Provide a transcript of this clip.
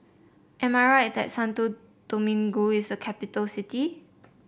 am I right that Santo Domingo is a capital city